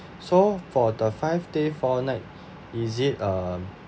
so for the five day four night is it um